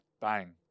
bang